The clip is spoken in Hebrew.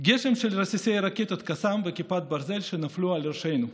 של רסיסי רקטות קאסם וכיפת ברזל שנפלו על ראשינו.